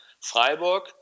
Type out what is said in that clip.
Freiburg